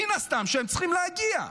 מן הסתם הם צריכים להגיע.